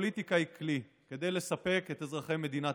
הפוליטיקה היא כלי לספק את אזרחי ישראל,